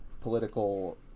political